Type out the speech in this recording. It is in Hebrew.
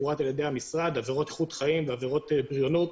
עבירות איכות חיים ועבירות בריונות,